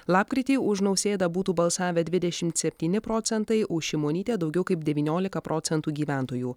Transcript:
lapkritį už nausėdą būtų balsavę dvidešimt septyni procentai už šimonytę daugiau kaip devyniolika procentų gyventojų